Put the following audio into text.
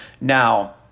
Now